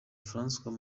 francois